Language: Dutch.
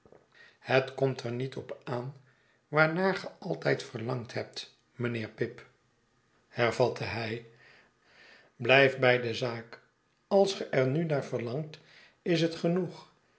het komt er niet op aan waarnaar ge altijd verlangd hebt mijnheer pip hervatte hij u biijf bij de zaak ais ge er nu naar verlangt is het genoeg